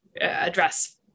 address